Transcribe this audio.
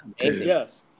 Yes